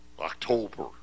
October